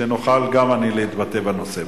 שאוכל גם אני להתבטא בנושא.